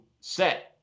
set